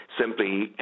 simply